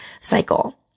cycle